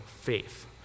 faith